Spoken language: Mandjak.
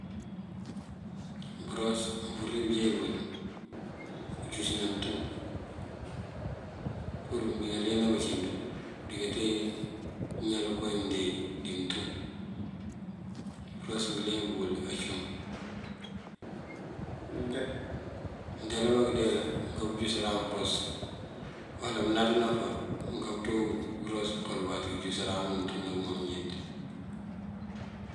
Bëros mëmpurir pënjeej bël kënjúsëna muntum pur mbí kalenţëna bancínţú bëndí katee pëñal koowí mëndee dí muntum. Bëros ngëleemp ngël acum mëndeelabá këndeela mënká pënjúsëran bëros uwala mënaţa bëfá mënká pënţú bëros kolëgat kënjúsëran muntum kakëma mëjënt.